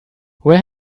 where